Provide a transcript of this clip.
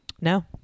No